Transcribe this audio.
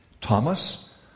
Thomas